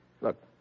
Look